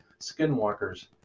Skinwalkers